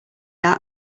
that